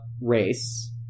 race